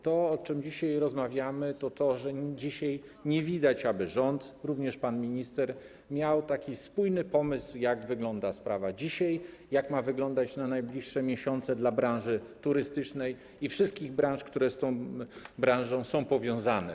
To, o czym dzisiaj rozmawiamy, to fakt, że dzisiaj nie widać, aby rząd - również pan minister - miał spójny pomysł, jak wygląda sprawa dzisiaj, jak ma wyglądać na najbliższe miesiące dla branży turystycznej i wszystkich branż, które z tą branżą są powiązane.